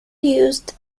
used